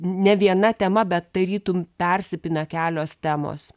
ne viena tema bet tarytum persipina kelios temos